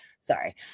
sorry